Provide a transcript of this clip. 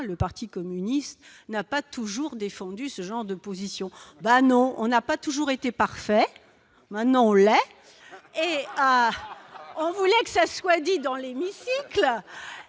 le Parti communiste n'a pas toujours défendu ce genre de position. Ben non, on n'a pas toujours été parfaits maintenant au lait et on voulait que ça soit dit dans les mises